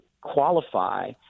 qualify